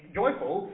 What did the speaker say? joyful